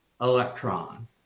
electron